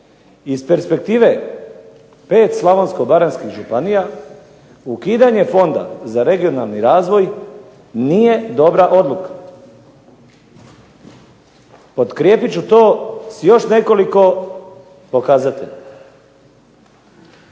iz perspektive 5 Slavonsko-baranjskih županija ukidanje Fonda za regionalni razvoj nije dobra odluka. Potkrijepit ću to sa još nekoliko pokazatelja.